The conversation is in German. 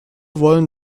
wollen